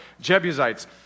Jebusites